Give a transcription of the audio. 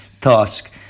task